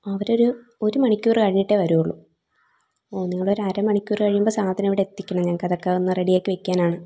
അവരൊരു ഒരു മണിക്കൂർ കഴിഞ്ഞിട്ടേ വരുള്ളൂ ഓ നിങ്ങൾ ഒരു അരമണിക്കൂർ കഴിയുമ്പോൾ സാധനം ഇവിടെ എത്തിക്കണം ഞങ്ങൾക്ക് അതൊക്കെ ഒന്ന് റെഡി ആക്കി വയ്ക്കാനാണ്